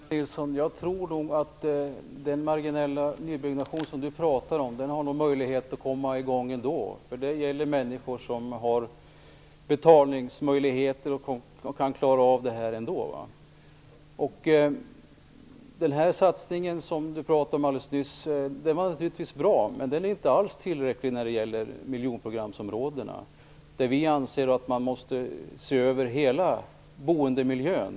Herr talman! Jag tror nog att den marginella nybyggnation som Lennart Nilsson pratar om har möjlighet att komma i gång ändå, men det gäller människor som har betalningsmöjligheter. Den satsning som Lennart Nilsson pratade om nyss är naturligtvis bra, men den är inte alls tillräcklig när det gäller miljonprogramsområdena. Vi anser att man måste se över hela boendemiljön.